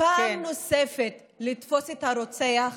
פעם נוספת בתפיסת הרוצח,